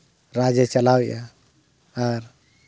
ᱨᱟᱡᱽ ᱮ ᱪᱟᱞᱟᱣᱮᱫᱼᱟ ᱟᱨ